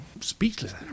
speechless